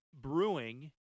brewing